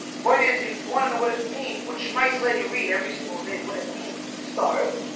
point is if you want to know what it means. what's my cell you read every single day what it means to starve?